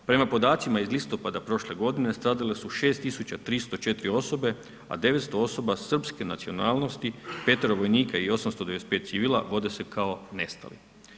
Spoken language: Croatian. Prema podacima iz listopada prošle godine stradale su 6 tisuća 304 osobe a 900 osoba srpske nacionalnosti petero vojnika i 895 civila vode se kao nestali.